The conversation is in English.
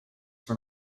for